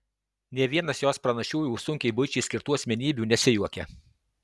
nė vienas jos pranašiųjų sunkiai buičiai skirtų asmenybių nesijuokia